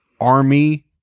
Army